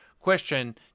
question